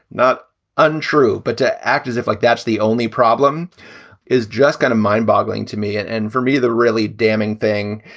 not untrue, but to act as if like that's the only problem is just kind of mind boggling to me. and and for me, the really damning thing,